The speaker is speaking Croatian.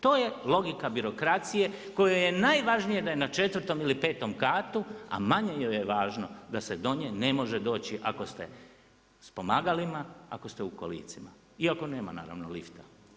To je logika birokracije kojoj je najvažnije da je na 4. ili 5. katu, a manje joj je važno da se do nje ne može doći ako ste s pomagalima, ako ste u kolicima i ako nema naravno lifta.